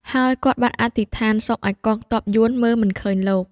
ហើយគាត់បានអធិដ្ឋានសូមឲ្យកងទ័ពយួនមើលមិនឃើញលោក។